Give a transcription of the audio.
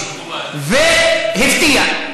והצביע.